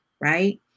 Right